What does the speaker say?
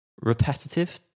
repetitive